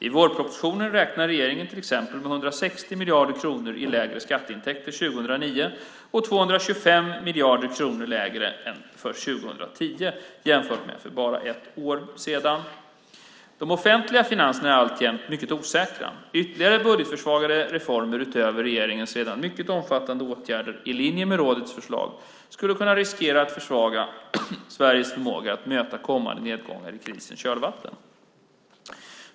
I vårpropositionen räknar regeringen till exempel med 160 miljarder kronor i lägre skatteintäkter 2009 och 225 miljarder kronor lägre för 2010 jämfört med för bara ett år sedan. De offentliga finanserna är alltjämt mycket osäkra. Ytterligare budgetförsvagande reformer utöver regeringens redan mycket omfattande åtgärder i linje med rådets förslag skulle kunna riskera att försvaga Sveriges förmåga att möta kommande nedgångar i krisens kölvatten.